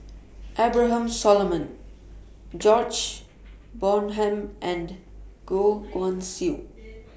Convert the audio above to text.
Abraham Solomon Samuel George Bonham and Goh Guan Siew